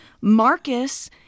Marcus